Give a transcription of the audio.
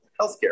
healthcare